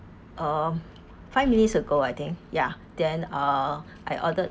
uh five minutes ago I think ya then uh I ordered